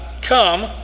come